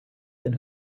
then